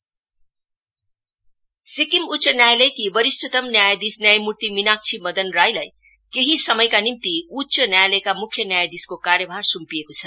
chief justice Sikkim उच्च न्यायालयकी बरिष्ठतम न्यायाधीश न्यायमूर्ति मिनाक्षी मदन राईलाई केही समयका निम्ति उच्च न्यायालयका मुख्य न्यायाधीशको कार्यभार सुम्पिएको छ